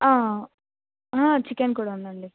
chicken కూడా ఉందండి